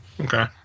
Okay